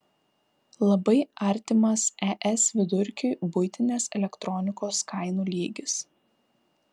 labai artimas es vidurkiui buitinės elektronikos kainų lygis